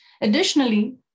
Additionally